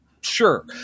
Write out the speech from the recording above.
Sure